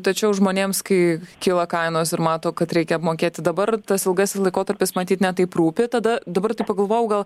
tačiau žmonėms kai kyla kainos ir mato kad reikia apmokėti dabar tas ilgasis laikotarpis matyt ne taip rūpi tada dabar taip pagalvojau gal